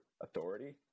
authority